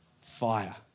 Fire